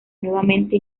nuevamente